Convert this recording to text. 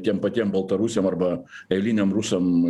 tiem patiem baltarusiam arba eiliniam rusam